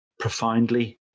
profoundly